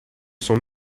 sont